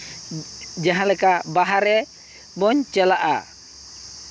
ᱡᱟᱦᱟᱸ ᱞᱮᱠᱟ ᱵᱟᱨᱦᱮ ᱵᱚᱱ ᱪᱟᱞᱟᱜᱼᱟ